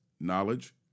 Knowledge